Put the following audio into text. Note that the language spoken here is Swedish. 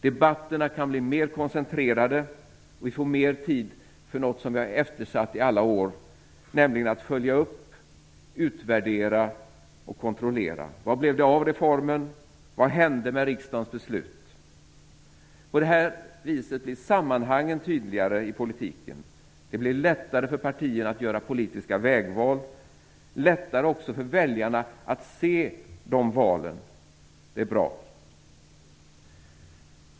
Debatterna kan bli mer koncentrerade, och vi får mer tid för något som vi har eftersatt i alla år, nämligen att följa upp, utvärdera och kontrollera - vad blev det av reformen, vad hände med riksdagens beslut? På detta vis blir sammanhangen tydligare i politiken. Det blir lättare för partier att göra politiska vägval. Det blir lättare också för väljarna att se dessa val, och det är bra.